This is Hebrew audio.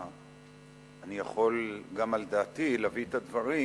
אני יכול גם על דעתי להביא את הדברים,